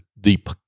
deep